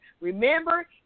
Remember